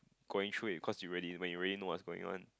going through it cause you really when you already know what's going on